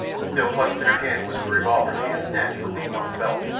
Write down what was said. still clutched in her hand was the revolver she had snatched from rokoff's belt,